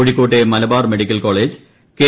കോഴിക്കോട്ടെ Malabar medical college K